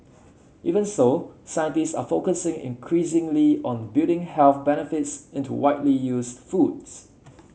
even so scientists are focusing increasingly on building health benefits into widely used foods